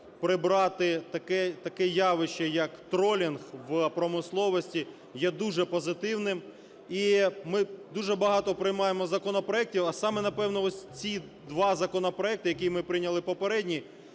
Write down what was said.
прибрати таке явище, як тролінг в промисловості, є дуже позитивним. І ми дуже багато приймаємо законопроектів, а саме, напевно, ось ці два законопроекти, які ми прийняли попередні,